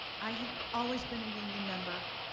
i have always been a union member,